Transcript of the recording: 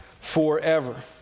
forever